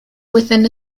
within